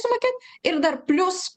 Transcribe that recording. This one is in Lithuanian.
sumokėt ir dar plius